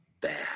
bad